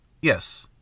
Yes